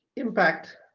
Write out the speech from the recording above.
impact